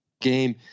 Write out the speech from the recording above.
game